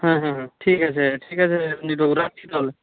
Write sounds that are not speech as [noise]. হুম হুম হুম ঠিক আছে ঠিক আছে [unintelligible] বাবু রাখছি তাহলে